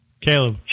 Caleb